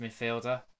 midfielder